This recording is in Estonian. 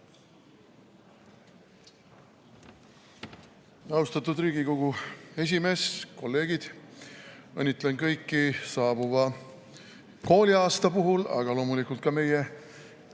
Austatud Riigikogu esimees! Kolleegid! Õnnitlen kõiki saabuva kooliaasta puhul, loomulikult ka meie